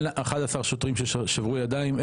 11 שוטרים ששברו ידיים.